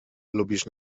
lubisz